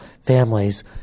families